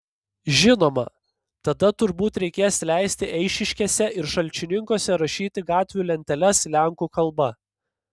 žinoma tada turbūt reikės leisti eišiškėse ir šalčininkuose rašyti gatvių lenteles lenkų kalba